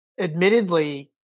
admittedly